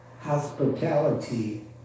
Hospitality